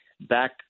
back